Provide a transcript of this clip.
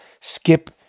Skip